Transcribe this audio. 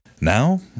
Now